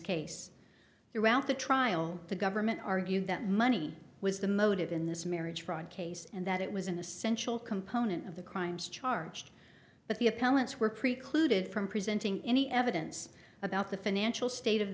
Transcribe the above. case throughout the trial the government argued that money was the motive in this marriage fraud case and that it was an essential component of the crimes charged but the appellant's were precluded from presenting any evidence about the financial state of